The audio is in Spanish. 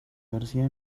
garcía